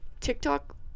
TikTok